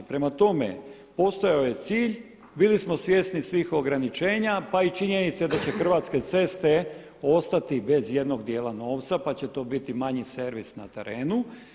Prema tome postojao je cilj, bili smo svjesni svih ograničenja pa i činjenice da će Hrvatske ceste ostati bez jednog dijela novca pa će to biti manji servis na terenu.